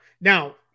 now